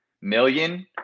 million